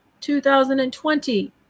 2020